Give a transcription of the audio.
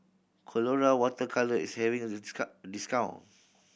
Colora Water Colour is having a discount